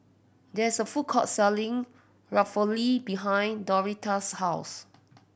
there is a food court selling Ravioli behind Norita's house